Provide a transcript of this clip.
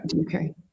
okay